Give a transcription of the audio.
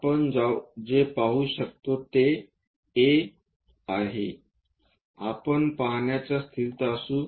आपण जे पाहू शकतो ते A आहे आपण पाहण्याच्या स्थितीत असू